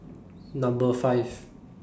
Number five